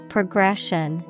Progression